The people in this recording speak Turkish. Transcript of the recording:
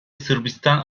sırbistan